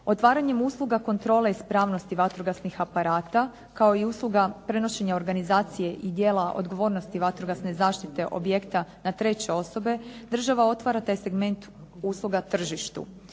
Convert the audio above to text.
Otvaranjem usluga kontrole ispravnosti vatrogasnih aparata, kao i usluga prenošenja organizacije i djela odgovornosti vatrogasne zaštite objekta na treće osobe, država otvara taj segment usluga tržištu.